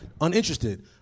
uninterested